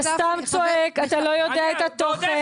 אתה סתם צועק, אתה לא יודע את התוכן.